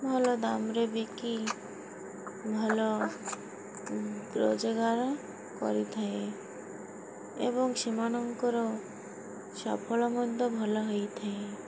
ଭଲ ଦାମ୍ରେ ବିକି ଭଲ ରୋଜଗାର କରିଥାଏ ଏବଂ ସେମାନଙ୍କର ସଫଳ ମଧ୍ୟ ଭଲ ହୋଇଥାଏ